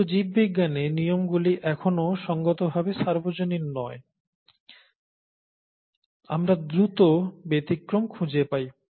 কিন্তু জীববিজ্ঞানে নিয়মগুলি এখনও সঙ্গতভাবে সর্বজনীন নয় আমরা দ্রুত ব্যতিক্রম খুঁজে পাই